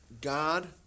God